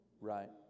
right